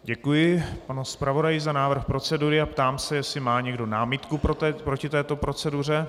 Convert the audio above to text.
Děkuji panu zpravodaji za návrh procedury a ptám se, jestli má někdo námitku proti této proceduře.